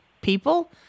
people